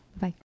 bye